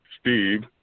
Steve